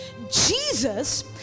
Jesus